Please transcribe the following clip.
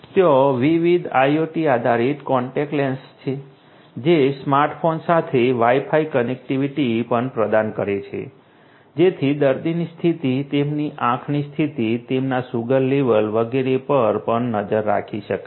ત્યાં વિવિધ IOT આધારિત કોન્ટેક્ટ લેન્સ છે જે સ્માર્ટફોન સાથે Wi Fi કનેક્ટિવિટી પણ પ્રદાન કરે છે જેથી દર્દીની સ્થિતિ તેમની આંખની સ્થિતિ તેમના શુગર લેવલ વગેરે પર પણ નજર રાખી શકાય